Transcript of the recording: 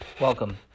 Welcome